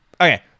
Okay